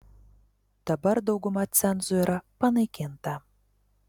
dabar dauguma cenzų yra panaikinta